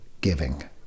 giving